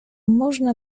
można